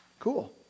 Cool